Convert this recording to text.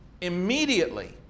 immediately